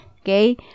okay